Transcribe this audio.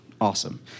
awesome